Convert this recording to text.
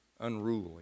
unruly